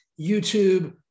YouTube